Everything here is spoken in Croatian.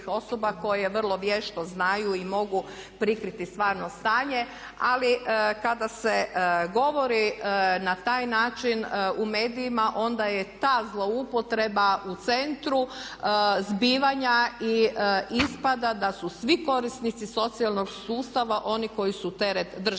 koje vrlo vješto znaju i mogu prikriti stvarno stanje ali kada se govori na taj način u medijima onda je ta zloupotreba u centru zbivanja i ispada da su svi korisnici socijalnog sustava oni koji su teret države.